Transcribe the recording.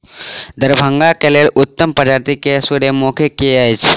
दरभंगा केँ लेल उत्तम प्रजाति केँ सूर्यमुखी केँ अछि?